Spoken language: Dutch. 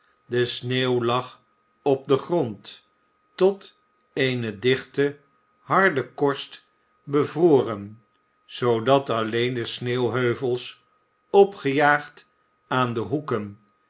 de sneeuw lag op den grond tot eene dichte harde korst bevroren zoodat alleen de sneeuwheuvels opgejaagd aan de hoeken